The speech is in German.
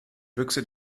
büchse